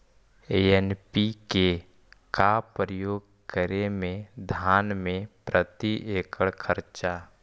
NPK का प्रयोग करे मे धान मे प्रती एकड़ खर्चा?